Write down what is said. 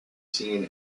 seen